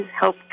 help